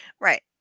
right